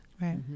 Right